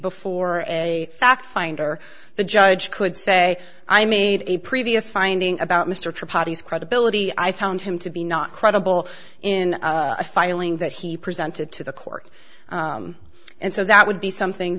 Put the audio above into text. before a fact finder the judge could say i made a previous finding about mr trapeze credibility i found him to be not credible in a filing that he presented to the court and so that would be something